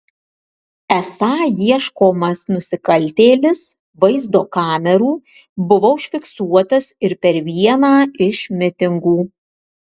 esą ieškomas nusikaltėlis vaizdo kamerų buvo užfiksuotas ir per vieną iš mitingų